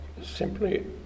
simply